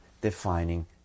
defining